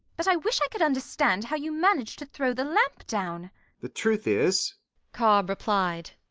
but i wish i could understand how you managed to throw the lamp down the truth is cobb replied,